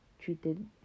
treated